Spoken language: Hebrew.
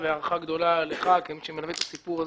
והערכה רבה כמי שמלווה את הסיפור הזה.